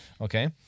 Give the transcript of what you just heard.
Okay